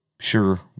sure